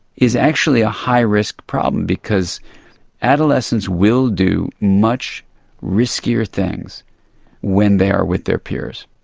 is actually a high risk problem because adolescents will do much riskier things when they are with their peers.